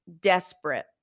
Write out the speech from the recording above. desperate